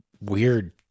weird